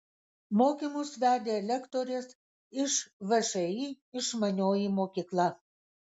mokymus vedė lektorės iš všį išmanioji mokykla